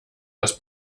das